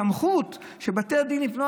סמכות של בתי הדין: לא,